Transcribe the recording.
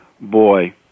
boy